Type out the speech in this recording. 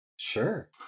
Sure